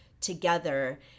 together